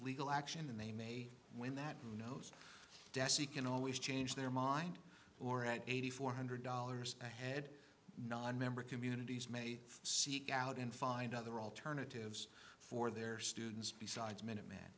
legal action and they may win that knows dessie can always change their mind or at eighty four hundred dollars ahead nonmember communities may seek out and find other alternatives for their students besides minute